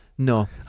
No